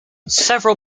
several